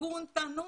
לתיקון תנור.